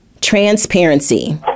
transparency